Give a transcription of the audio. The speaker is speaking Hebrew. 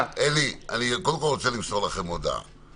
אלי, אני קודם כול רוצה למסור לכם הודעה: